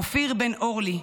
אופיר בן אורלי,